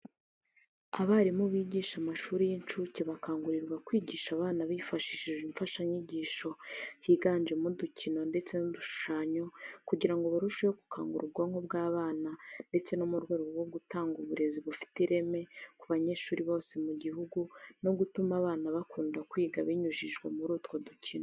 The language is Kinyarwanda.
Abarimu bigisha amashuri y'incuke bakangurirwa kwigisha abana bifashishije imfashanyigisho yiganjemo udukino ndetse n'udushushanyo kugira ngo barusheho gukangura ubwonko bw'abana ndetse no mu rwego rwo gutanga uburezi bufite ireme ku banyeshuri bose mu gihugu no gutuma abana bakunda kwiga binyujijwe muri utwo dukino.